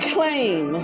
Claim